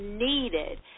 needed